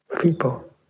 people